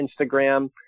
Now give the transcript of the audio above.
Instagram